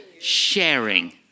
sharing